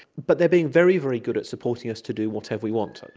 but they are being very, very good at supporting us to do whatever we want.